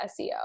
SEO